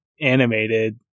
animated